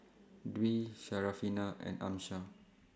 Dwi Syarafina and Amsyar